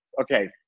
okay